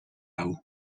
hau